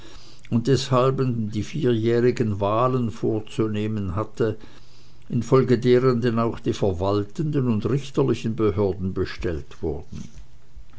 und deshalben die vierjährigen wahlen vorzunehmen hatte infolge deren denn auch die verwaltenden und richterlichen behörden bestellt wurden